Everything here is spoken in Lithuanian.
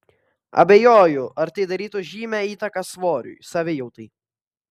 abejoju ar tai darytų žymią įtaką svoriui savijautai